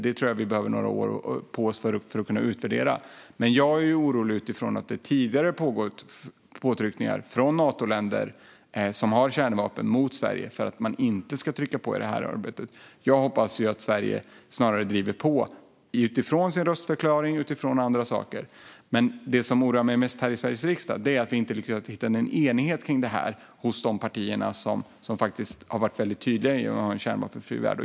Jag tror att vi behöver några år på oss för att utvärdera det. Men jag är orolig för att man kommer att trycka på i det här arbetet, utifrån att det tidigare har pågått påtryckningar mot Sverige från Natoländer som har kärnvapen om att inte trycka på. Jag hoppas att Sverige snarare driver på utifrån sin röstförklaring och andra saker. Men det som roar mig mest här i Sveriges riksdag är att vi inte riktigt har lyckats hitta en enighet bland de partier som har varit tydliga vad gäller en kärnvapenfri värld.